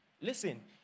Listen